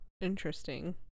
interesting